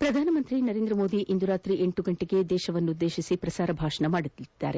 ಪ್ರಧಾನಮಂತ್ರಿ ನರೇಂದ್ರ ಮೋದಿ ಇಂದು ರಾತ್ರಿ ಎಂಟು ಗಂಟೆಗೆ ದೇಶವನ್ನುದ್ದೇಶಿಸಿ ಪ್ರಸಾರ ಭಾಷಣ ಮಾದಲಿದ್ದಾರೆ